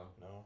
No